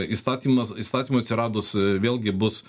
įstatymas įstatymui atsiradus vėlgi bus